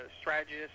strategist